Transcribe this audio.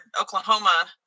oklahoma